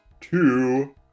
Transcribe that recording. two